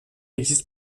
existe